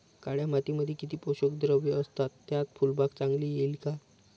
काळ्या मातीमध्ये किती पोषक द्रव्ये असतात, त्यात फुलबाग चांगली येईल का?